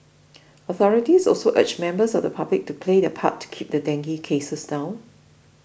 authorities also urged members of the public to play their part to keep dengue cases down